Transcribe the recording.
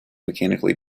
mechanically